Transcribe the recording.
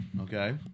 Okay